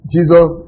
Jesus